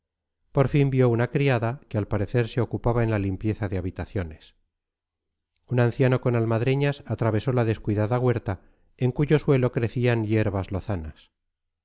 por fin vio una criada que al parecer se ocupaba en la limpieza de habitaciones un anciano con almadreñas atravesó la descuidada huerta en cuyo suelo crecían hierbas lozanas